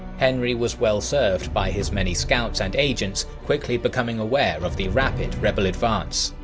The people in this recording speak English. henry was well served by his many scouts and agents, quickly becoming aware of the rapid rebel advance.